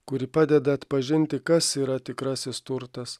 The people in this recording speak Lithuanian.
kuri padeda atpažinti kas yra tikrasis turtas